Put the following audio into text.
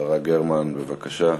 השרה גרמן, בבקשה.